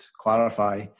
clarify